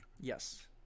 Yes